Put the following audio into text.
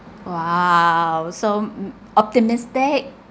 !wow! so mm optimistic